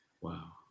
Wow